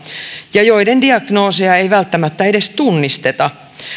ja joiden diagnooseja ei välttämättä edes tunnisteta